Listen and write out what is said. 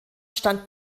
stand